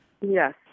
Yes